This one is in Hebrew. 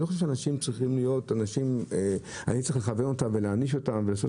אני לא צריך לכוון אותם ולהעניש אותם ולעשות